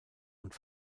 und